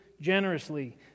Generously